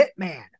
hitman